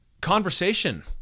Conversation